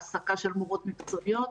העסקה של מורות מקצועיות.